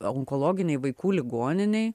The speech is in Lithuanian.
onkologinėj vaikų ligoninėj